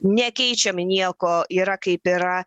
nekeičiam į nieko yra kaip yra